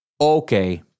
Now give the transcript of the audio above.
okay